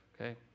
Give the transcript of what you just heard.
Okay